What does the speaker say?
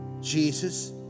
Jesus